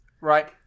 right